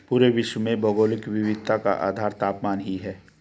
पूरे विश्व में भौगोलिक विविधता का आधार तापमान ही है